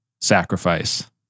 sacrifice